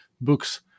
books